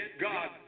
God